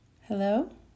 Hello